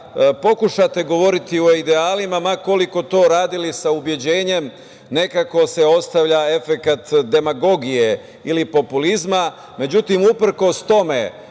pokušate govoriti o idealima, ma koliko to radili sa ubeđenjem, nekako se ostavlja efekat demagogije ili populizma.Međutim, uprkos tome,